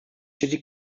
city